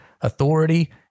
authority